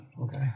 Okay